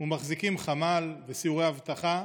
ומחזיקים חמ"ל וסיורי אבטחה,